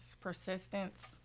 persistence